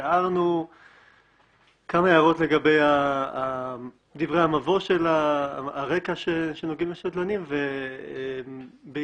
הערנו כמה הערות לגבי דברי הרקע שנוגעים לשדלנים ובעיקר